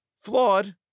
flawed